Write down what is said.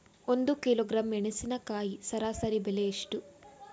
ಒಂದು ಕಿಲೋಗ್ರಾಂ ಮೆಣಸಿನಕಾಯಿ ಸರಾಸರಿ ಬೆಲೆ ಎಷ್ಟು?